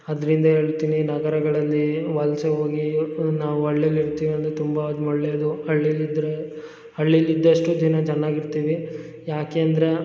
ಅದರಿಂದ ಹೇಳ್ತೀನಿ ನಗರಗಳಲ್ಲಿ ವಲಸೆ ಹೋಗಿ ನಾವು ಹಳ್ಳಿಲಿ ಇರ್ತೀವಂದರೆ ತುಂಬಾ ಒಳ್ಳೆಯದು ಹಳ್ಳಿಲಿ ಇದ್ದರೆ ಹಳ್ಳಿಲಿ ಇದ್ದಷ್ಟು ದಿನ ಚೆನ್ನಾಗಿರ್ತೀವಿ ಯಾಕೆ ಅಂದ್ರೆ